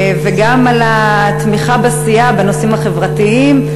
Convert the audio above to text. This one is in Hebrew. וגם על התמיכה בסיעה בנושאים החברתיים.